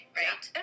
right